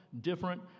different